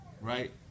right